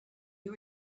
you